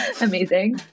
amazing